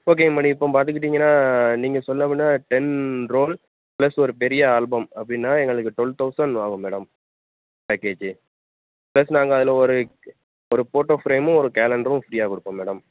ஓகேங்க மேடம் இப்ப பார்த்துக்கிட்டிங்கன்னா நீங்கள் சொன்ன பின்ன டென் ரோல் ப்ளஸ் ஒரு பெரிய ஆல்பம் அப்படின்னா எங்களுக்கு ட்வெல் தௌசண்ட் ஆகும் மேடம் பேக்கேஜி ப்ளஸ் நாங்கள் அதில் ஒரு ஒரு ஃபோட்டோ ஃப்ரேமும் ஒரு கேலண்ட்ரும் ஃப்ரீயாக கொடுப்போம் மேடம்